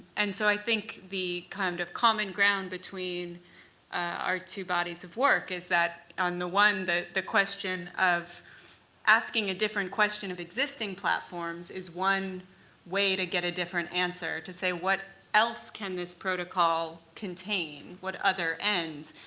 and so i think the kind of common ground between our two bodies of work is that on the one, the the question of asking a different question of existing platforms is one way to get a different answer, to say, what else can this protocol contain? what other ends?